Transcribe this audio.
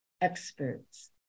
experts